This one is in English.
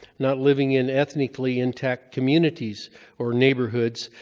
not living in ethnically-intact communities or neighborhoods.